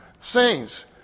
Saints